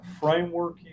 framework